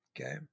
okay